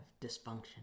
dysfunction